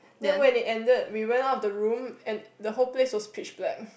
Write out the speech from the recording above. then when it ended we went out the room and the whole place was splish black